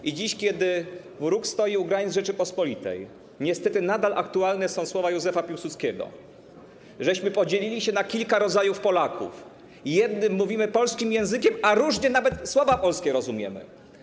I dziś, kiedy wróg stoi u granic Rzeczypospolitej, niestety nadal aktualne są słowa Józefa Piłsudskiego: Żeśmy podzielili się na kilka rodzajów Polaków, mówimy jednym polskim językiem, a różnie nawet słowa polskie rozumiemy.